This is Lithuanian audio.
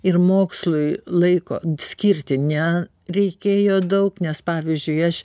ir mokslui laiko skirti ne reikėjo daug nes pavyzdžiui aš